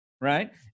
right